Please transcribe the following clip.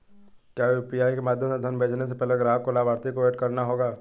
क्या यू.पी.आई के माध्यम से धन भेजने से पहले ग्राहक को लाभार्थी को एड करना होगा?